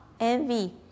Envy